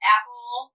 Apple